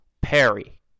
Perry